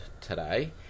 today